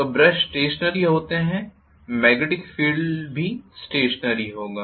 तो brush stationary होते हैं मॅग्नेटिक फील्ड भी स्टेशनरी होगा